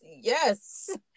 Yes